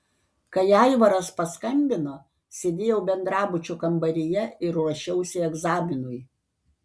kai aivaras paskambino sėdėjau bendrabučio kambaryje ir ruošiausi egzaminui